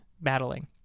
battling